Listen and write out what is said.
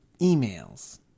Emails